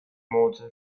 motor